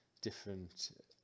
different